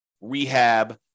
rehab